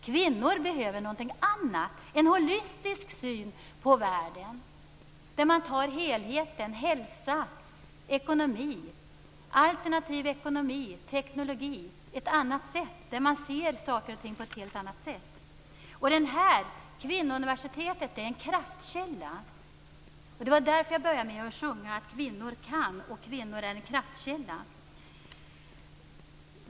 Kvinnor behöver någonting annat - en holistisk syn på världen, där man ser helheten: hälsa, alternativ ekonomi, alternativ teknologi, ett annat sätt att se saker och ting. Kvinnouniversitetet är en kraftkälla. Det var därför jag började med att sjunga: "Kvinnor kan". Kvinnor är en kraftkälla.